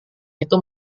itu